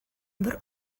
бер